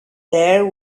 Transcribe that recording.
there